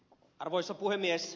arvoisa puhemies